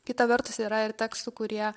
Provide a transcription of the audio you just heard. kita vertus yra ir tekstų kurie